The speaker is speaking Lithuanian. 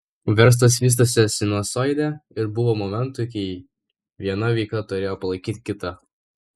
verslas vystosi sinusoide ir buvo momentų kai viena veikla turėjo palaikyti kitą